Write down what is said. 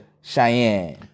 Cheyenne